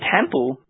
temple